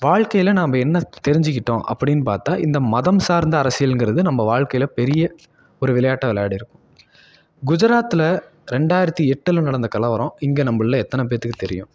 வாழ்க்கையில் நம்ம என்ன தெரிஞ்சுக்கிட்டோம் அப்படின்னு பார்த்தா இந்த மதம் சார்ந்த அரசியலுங்கிறது நம்ம வாழ்க்கையில் பெரிய ஒரு விளையாட்டை விளையாடியிருக்கும் குஜராத்தில் ரெண்டாயிரத்து எட்டில் நடந்த கலவரம் இங்கே நம்முள்ள எத்தனை பேருத்துக்கு தெரியும்